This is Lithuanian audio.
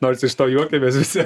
nors iš to juokiamės visi